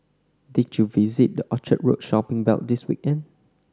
did you visit the Orchard Road shopping belt this weekend